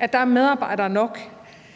at der er medarbejdere nok,